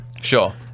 sure